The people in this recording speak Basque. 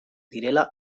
direla